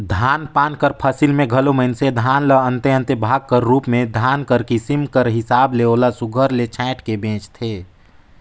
धान पान कर फसिल में घलो मइनसे धान ल अन्ते अन्ते भाग कर रूप में धान कर किसिम कर हिसाब ले ओला सुग्घर ले छांएट के बेंचथें